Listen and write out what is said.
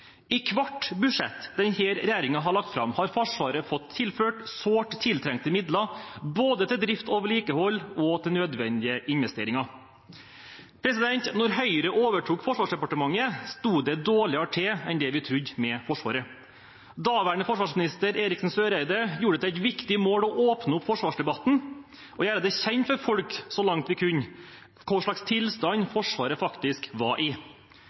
I hvert budsjett denne regjeringen har lagt fram, har Forsvaret fått tilført sårt tiltrengte midler til både drift og vedlikehold og til nødvendige investeringer. Da Høyre overtok Forsvarsdepartementet, sto det dårligere til med Forsvaret enn det vi trodde. Daværende forsvarsminister Eriksen Søreide gjorde det til et viktig mål å åpne opp forsvarsdebatten og gjøre det kjent for folk, så langt vi kunne, hva slags tilstand Forsvaret var i.